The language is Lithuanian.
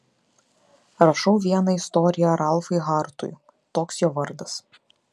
rašau vieną istoriją ralfai hartui toks jo vardas